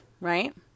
right